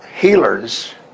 healers